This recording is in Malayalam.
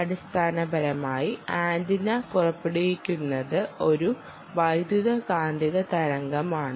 അടിസ്ഥാനപരമായി ആന്റിന പുറപ്പെടുവിക്കുന്നത് ഒരു വൈദ്യുതകാന്തിക തരംഗമാണ്